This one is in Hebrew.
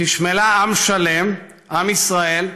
חשמלה עם שלם, עם ישראל,